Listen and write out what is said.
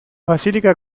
basílica